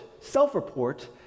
self-report